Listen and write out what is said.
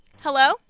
Hello